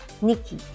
Nikki